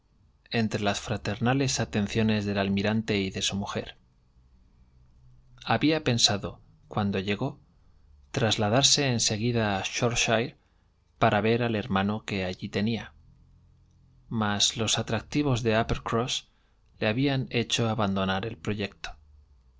entre las fraternales atenciones del almirante y de su mujer había pensado cuando llegó trasladarse en seguida a shroshire para ver al hermano que allí tenía mas los atractivos de uppercross le habían hecho abandonar el proyecto